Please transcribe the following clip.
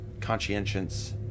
conscientious